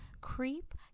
creep